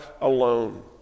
alone